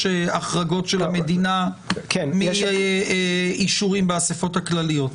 החרגות של המדינה מאישורים באספות הכלליות.